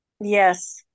Yes